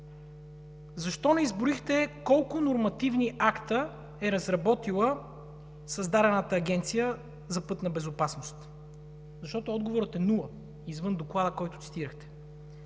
Защо не изброихте колко нормативни акта е разработила създадената Агенция за пътна безопасност? Защото отговорът извън доклада, който цитирахте,